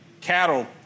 cattle